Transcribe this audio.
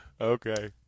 Okay